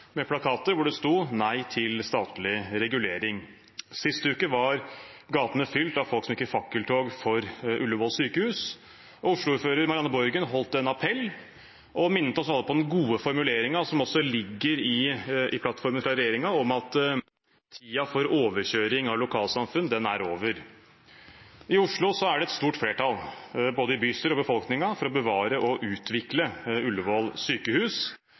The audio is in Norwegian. med plakater hvor det sto «nei til statlig regulering». Sist uke var gatene fylt av folk som gikk i fakkeltog for Ullevål sykehus. Oslo-ordfører Marianne Borgen holdt en appell og minnet oss alle på den gode formuleringen, som også er å finne i plattformen fra regjeringen, om at «tiden for overkjøring av lokalsamfunn er over». I Oslo er det et stort flertall, både i bystyret og i befolkningen, for å bevare og utvikle Ullevål sykehus.